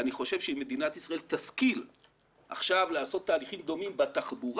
אני חושב שאם מדינת ישראל תשכיל לעשות עכשיו תהליכים דומים בתחבורה,